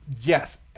Yes